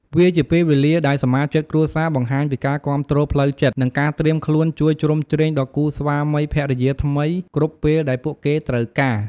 វាជាពេលវេលាដែលសមាជិកគ្រួសារបង្ហាញពីការគាំទ្រផ្លូវចិត្ត និងការត្រៀមខ្លួនជួយជ្រោមជ្រែងដល់គូស្វាមីភរិយាថ្មីគ្រប់ពេលដែលពួកគេត្រូវការ។